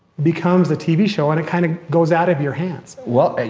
becomes a tv show and it kind of goes out of your hands. well,